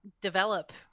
develop